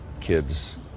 kids